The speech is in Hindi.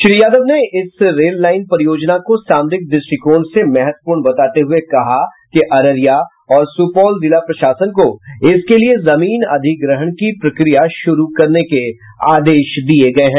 श्री यादव ने इन रेल लाईन परियोजना को सामरिक द्रष्टिकोण से महत्वपूर्ण बताते हुये कहा कि अररिया और सुपौल जिला प्रशासन को इसके लिए जमीन अधिग्रहण की प्रक्रिया शुरू करने के आदेश दिये गये हैं